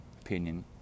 opinion